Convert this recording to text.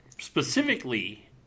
specifically